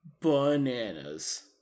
bananas